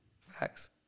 Facts